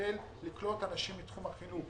נשתדל לקלוט אנשים מתחום החינוך,